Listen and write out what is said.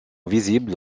visibles